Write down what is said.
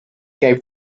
gave